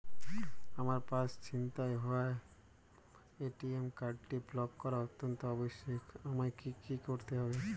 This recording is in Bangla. আমার পার্স ছিনতাই হওয়ায় এ.টি.এম কার্ডটি ব্লক করা অত্যন্ত আবশ্যিক আমায় কী কী করতে হবে?